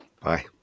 Bye